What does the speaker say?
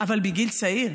אבל מגיל צעיר,